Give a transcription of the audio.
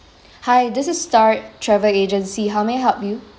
hi this is star travel agency how may I help you